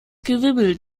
gewimmel